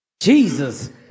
Jesus